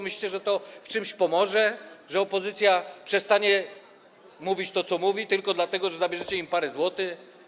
Myślicie, że to w czymś pomoże, że opozycja przestanie mówić to, co mówi, tylko dlatego że zabierzecie im parę złotych?